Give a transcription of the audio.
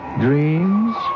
dreams